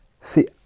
See